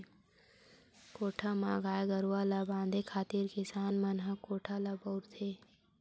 कोठा म गाय गरुवा ल बांधे खातिर किसान मन ह खूटा ल बउरथे